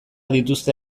dituzte